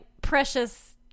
precious